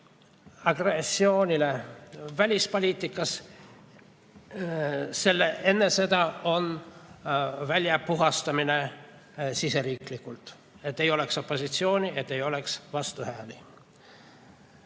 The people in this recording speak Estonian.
agressioonile välispoliitikas eelneb enne sõda välja puhastamine siseriiklikult, et ei oleks opositsiooni, et ei oleks vastuhääli. Niisiis,